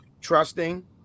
trusting